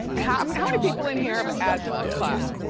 how i mean how many people in here have asthma? clap.